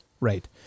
Right